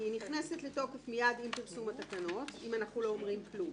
כי היא נכנסת לתוקף מייד עם פרסום התקנות אם אנחנו לא אומרים כלום,